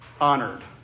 honored